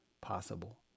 possible